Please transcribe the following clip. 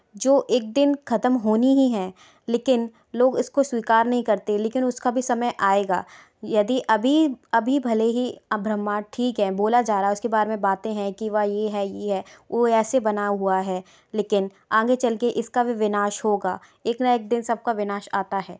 जो एक दिन खतम होनी ही है लेकिन लोग इसको स्वीकार नहीं करते लेकिन उसका भी समय आएगा यदि अभी अभी भले ही अ ब्रह्मांड ठीक है बोला जा रहा है उसके बारे में बातें हैं कि वह ये है ये है वो ऐसे बना हुआ है लेकिन आगे चल कर इसका भी विनाश होगा एक ना एक दिन सब का विनाश आता है